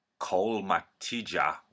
Kolmatija